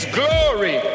glory